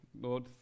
Lord